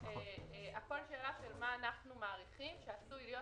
הכול שאלה של מה אנחנו מעריכים שעשוי להיות